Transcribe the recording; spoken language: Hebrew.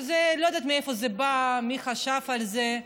אני לא יודעת מאיפה זה בא, מי חשב על זה.